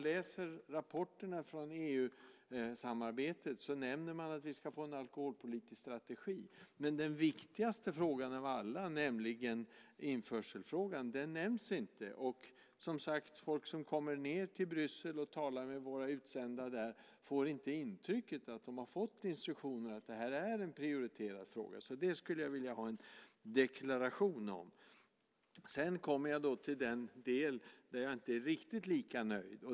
I rapporterna från EU-samarbetet nämns att vi ska få en alkoholpolitisk strategi, men den viktigaste frågan av alla, införselfrågan, nämns inte. Folk som kommer till Bryssel och talar med våra utsända där får inte intrycket av att de har fått instruktioner om att det här är en prioriterad fråga. Där skulle jag vilja ha en deklaration. Jag kommer sedan till den del där jag inte är riktigt lika nöjd.